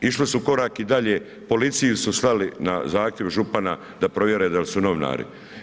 Išli su korak i dalje, policiji su slali na zahtjev župana da provjere da li su novinari.